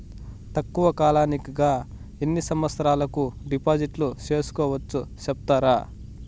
తక్కువ కాలానికి గా ఎన్ని సంవత్సరాల కు డిపాజిట్లు సేసుకోవచ్చు సెప్తారా